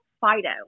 Fido